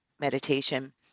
meditation